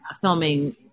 filming